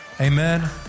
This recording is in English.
Amen